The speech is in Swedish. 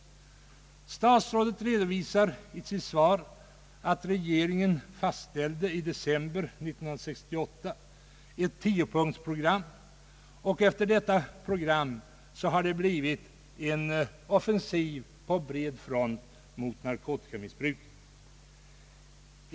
Statsrådet redovisar i sitt svar att regeringen i december 1968 fastställde ett tiopunktsprogram, och efter detta program har det blivit en offensiv på bred front mot narkotikamissbruket.